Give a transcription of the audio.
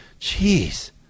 Jeez